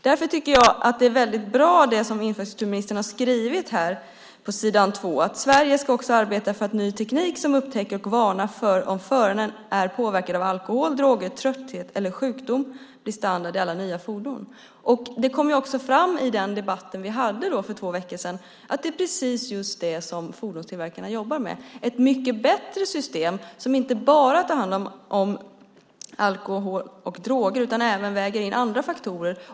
Därför var det infrastrukturministern sade i sitt svar bra, nämligen att Sverige också ska "arbeta för att ny teknik som upptäcker och varnar för om föraren är påverkad av alkohol, droger, trötthet eller sjukdom blir standard i alla nya fordon". Det kom fram i debatten för två veckor sedan att det är precis det som fordonstillverkarna jobbar med - ett bättre system som inte bara tar hand om alkohol och droger utan även väger in andra faktorer.